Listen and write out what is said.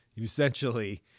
essentially